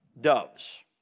doves